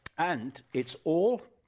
and its all